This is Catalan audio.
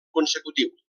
consecutiu